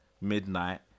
midnight